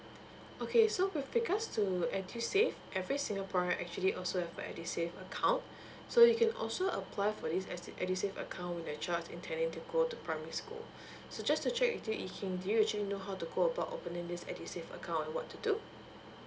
okay so with regards to edusave every singaporean actually also have a edusave account so you can also apply for this as it edusave account as your child is intending to go to primary school so just to check with you do you actually know how to go about opening this edusave account and what to do